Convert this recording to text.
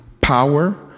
power